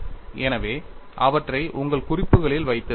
எனவே அவற்றை உங்கள் குறிப்புகளில் வைத்திருக்க வேண்டும்